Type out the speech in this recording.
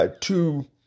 two